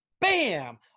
bam